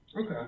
Okay